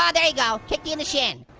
ah there you go. kick you in the shin.